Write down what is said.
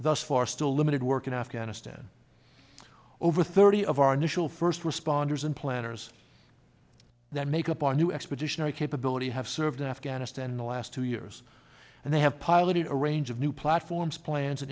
thus far still limited work in afghanistan over thirty of our initial first responders and planners that make up our new expeditionary capability have served in afghanistan in the last two years and they have piloted a range of new platforms plans